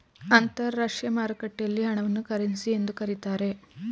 ಅಂತರಾಷ್ಟ್ರೀಯ ಮಾರುಕಟ್ಟೆಯಲ್ಲಿ ಹಣವನ್ನು ಕರೆನ್ಸಿ ಎಂದು ಕರೀತಾರೆ